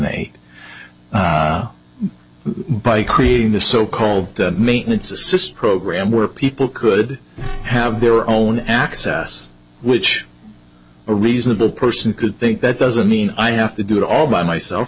me by creating the so called maintenance assist program where people could have their own access which a reasonable person could think that doesn't mean i have to do it all by myself